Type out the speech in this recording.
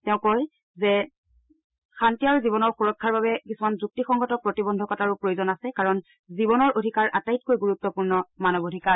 তেওঁ অৱশ্যে কয় যে শান্তি আৰু জীৱনৰ সূৰক্ষাৰ বাবে কিছুমান যুক্তিসংগত প্ৰতিবন্ধকতৰা প্ৰয়োজন আছে কাৰণ জীৱনৰ অধিকাৰ আটাইতকৈ গুৰুত্পূৰ্ণ মানৱ অধিকাৰ